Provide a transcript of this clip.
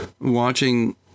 watching